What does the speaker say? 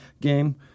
game